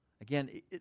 Again